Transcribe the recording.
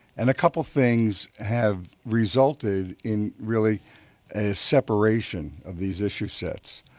and a couple things have resulted in really a separation of these issue sets.